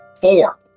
four